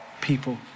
people